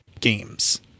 games